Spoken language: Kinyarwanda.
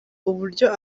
uburyo